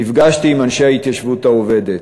נפגשתי עם אנשי ההתיישבות העובדת,